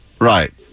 Right